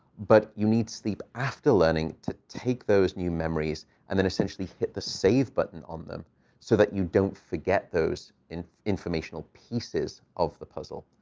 but you need sleep after learning to take those new memories and then essentially hit the save button on them so that you don't forget those and informational pieces of the puzzle.